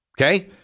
okay